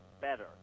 better